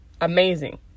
amazing